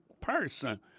person